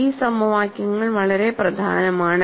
ഈ സമവാക്യങ്ങൾ വളരെ പ്രധാനമാണ്